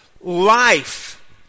life